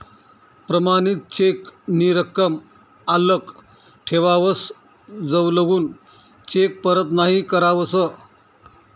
प्रमाणित चेक नी रकम आल्लक ठेवावस जवलगून चेक परत नहीं करावस